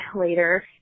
later